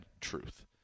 truth